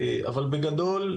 אבל בגדול,